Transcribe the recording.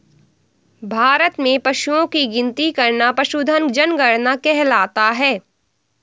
भारत में पशुओं की गिनती करना पशुधन जनगणना कहलाता है